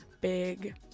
big